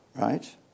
right